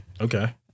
Okay